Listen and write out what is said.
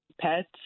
pets